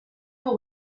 will